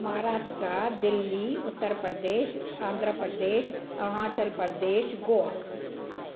Maharashtra Delhi Uttar Pradesh Andhra Pradesh Arunachal Pradesh Goa